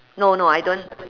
no no I don't